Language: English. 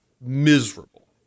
miserable